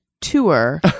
tour